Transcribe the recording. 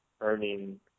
earning